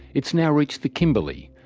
it's now reached the kimberley,